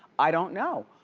i don't know.